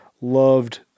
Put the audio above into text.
loved